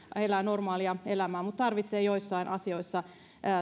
elää normaalia elämää mutta tarvitsevat joissain asioissa